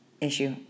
issue